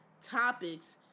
topics